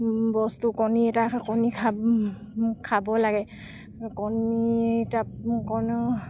বস্তু কণী এটা কণী খা খাব লাগে কণী তাৰপৰা